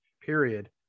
period